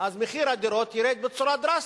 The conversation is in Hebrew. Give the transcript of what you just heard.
מחיר הדירות ירד בצורה דרסטית.